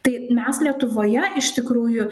tai mes lietuvoje iš tikrųjų